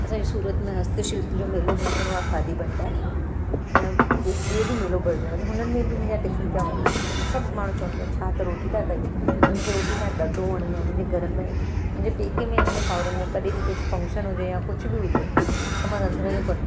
असांजे सूरत में हस्त शिल्प जो मेलो भरजणो आहे खादी भंडार या हिकु ॿियो बि मेलो भरजणो आहे हुननि में बि मुंहिंजा टिफिन पिया वञनि सभु माण्हू पिया चवणि छा त रोटी पिया कयो ऐं मूंखे रोटी ठाहिण ॾाढो वणंदो आहे मुंहिंजे घर में मुंहिंजे पके में ऐं मुंहिंजे साउरनि में कॾहिं बि कुझु फंक्शन हुजे या कुझु बि हुजे त मां रंधिणे जो कमु